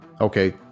Okay